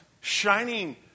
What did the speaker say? shining